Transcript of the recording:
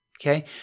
okay